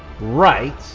right